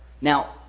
Now